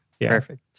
Perfect